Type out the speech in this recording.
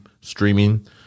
streaming